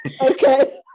Okay